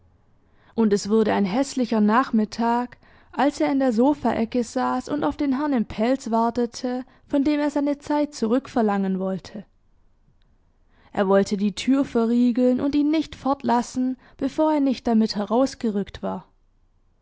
und es wurde ein häßlicher nachmittag als er in der sofaecke saß und auf den herrn im pelz wartete von dem er seine zeit zurückverlangen wollte er wollte die tür verriegeln und ihn nicht fortlassen bevor er nicht damit herausgerückt war